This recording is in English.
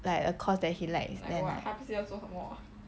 like a course that he likes and